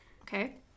Okay